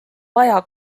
vaja